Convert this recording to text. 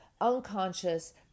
unconscious